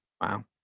Wow